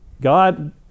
God